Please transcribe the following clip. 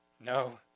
No